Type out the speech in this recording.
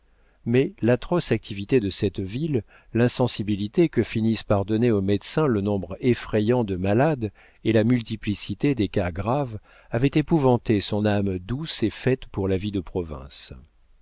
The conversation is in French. mais l'atroce activité de cette ville l'insensibilité que finissent par donner au médecin le nombre effrayant de malades et la multiplicité des cas graves avaient épouvanté son âme douce et faite pour la vie de province